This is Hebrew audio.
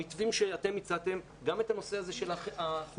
במתווים שאתם הצעתם גם את הנושא הזה של החוגים,